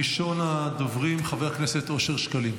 ראשון הדוברים, חבר הכנסת אושר שקלים.